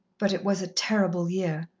but it was a terrible year.